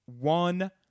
one